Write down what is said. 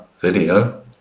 video